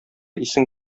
исең